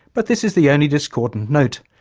but this is the only discordant note.